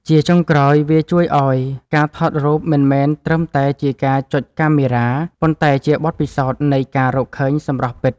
ជាចុងក្រោយ វាជួយឱ្យការថតរូបមិនមែនត្រឹមតែជាការចុចកាមេរ៉ា ប៉ុន្តែជាបទពិសោធន៍នៃការរកឃើញសម្រស់ពិត។